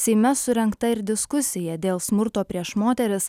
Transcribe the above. seime surengta ir diskusija dėl smurto prieš moteris